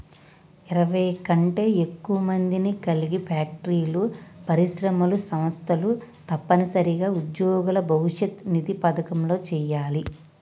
ఇరవై కంటే ఎక్కువ మందిని కలిగి ఫ్యాక్టరీలు పరిశ్రమలు సంస్థలు తప్పనిసరిగా ఉద్యోగుల భవిష్యత్ నిధి పథకంలో చేయాలి